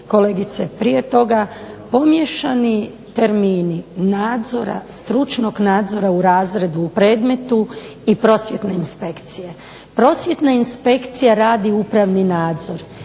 kolegice prije toga, pomiješani termini nadzora, stručnog nadzora u razredu u predmetu i Prosvjetne inspekcije. Prosvjetna inspekcija radi upravni nadzor